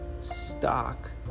stock